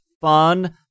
fun